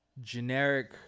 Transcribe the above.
generic